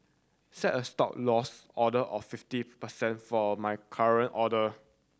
set a Stop Loss order of fifty percent for my current order